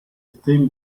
still